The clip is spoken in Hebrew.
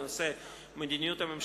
אדוני, אפילו לא הייתי מבקש.